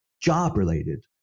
job-related